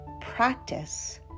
Practice